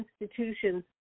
institutions